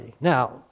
Now